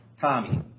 Tommy